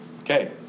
Okay